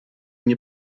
nie